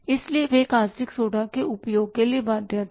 इसलिए वे caustic soda के उपयोग के लिए बाध्य थे